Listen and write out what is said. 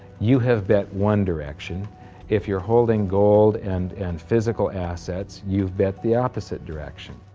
you have bet one direction if you're holding gold and and physical assets you've bet the opposite direction